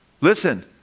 Listen